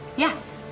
yes.